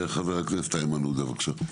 חבר הכנסת איימן עודה, בבקשה.